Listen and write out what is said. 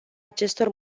acestor